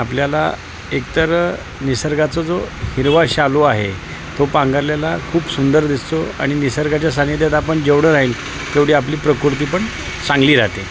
आपल्याला एक तर निसर्गाचा जो हिरवा शालू आहे तो पांघरलेला खूप सुंदर दिसतो आणि निसर्गाच्या सान्निध्यात आपण जेवढं राहील तेवढी आपली प्रकृती पण चांगली राहते